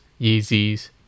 Yeezys